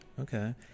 Okay